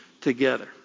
together